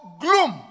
gloom